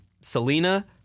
Selena